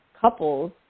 couples